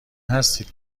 هستید